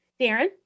Darren